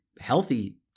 Healthy